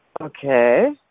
Okay